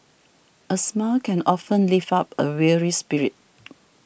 a smile can often lift up a weary spirit